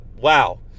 Wow